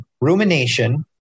rumination